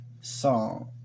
song